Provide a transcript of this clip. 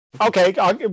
okay